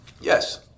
Yes